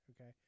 okay